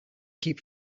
keep